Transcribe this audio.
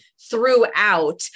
throughout